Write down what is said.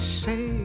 say